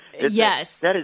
Yes